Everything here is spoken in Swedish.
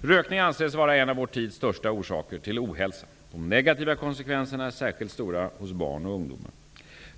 Rökning anses vara en av vår tids största orsaker till ohälsa. De negativa konsekvenserna är särskilt stora hos barn och ungdomar.